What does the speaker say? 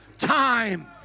time